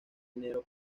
dinero